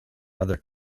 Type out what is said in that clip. other